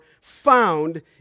found